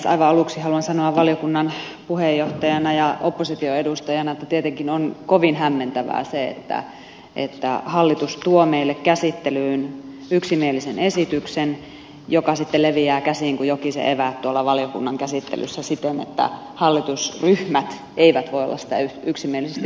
aivan aluksi haluan sanoa valiokunnan puheenjohtajana ja opposition edustajana että tietenkin on kovin hämmentävää se että hallitus tuo meille käsittelyyn yksimielisen esityksen joka sitten leviää käsiin kuin jokisen eväät tuolla valiokunnan käsittelyssä siten että hallitusryhmät eivät voi olla sitä yksimielisesti tukemassa